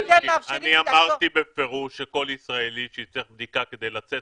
אני אמרתי בפירוש שכל ישראלי שיצטרך בדיקה כדי לצאת